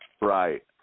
Right